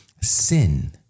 Sin